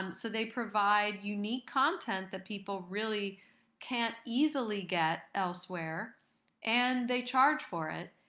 and so they provide unique content that people really can't easily get elsewhere and they charge for it.